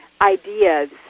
ideas